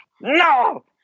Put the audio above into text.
no